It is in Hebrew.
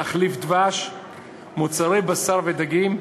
תחליף דבש ומוצרי בשר ודגים,